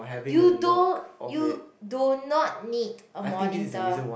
you don~ you do not need a monitor